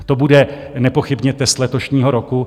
To bude nepochybně test letošního roku.